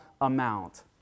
amount